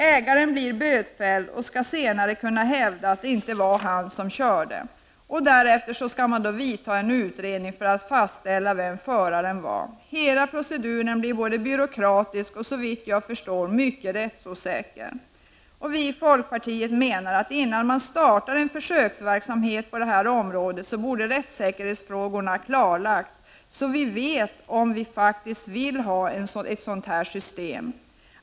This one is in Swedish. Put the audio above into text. Ägaren blir bötfälld och skall senare kunna hävda att det inte var han som körde. Därefter vidtar då en utredning för att fastställa vem föraren var. Hela proceduren blir byråkratisk och såvitt jag förstår mycket rättsosäker. Vi i folkpartiet menar att innan man startar en försöksverksamhet på det här området, borde rättssäkerhetsfrågorna ha klarlagts så att vi vet om vi faktiskt vill ha ett sådant här system.